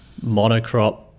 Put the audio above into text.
monocrop